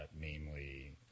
namely